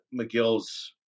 McGill's